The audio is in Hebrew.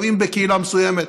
אם בקהילה מסוימת